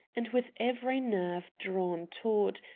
and with every nerve drawn taut,